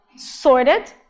sorted